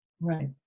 Right